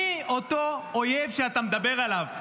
מי אותו אויב שאתה מדבר עליו?